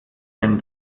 den